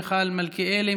מיכאל מלכיאלי,